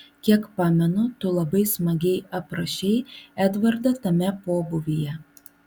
kiek pamenu tu labai smagiai aprašei edvardą tame pobūvyje